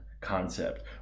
concept